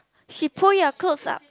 she pull your clothes up